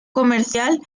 comercial